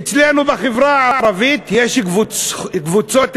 אצלנו בחברה הערבית יש קבוצות רכישה,